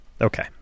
Okay